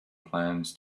plans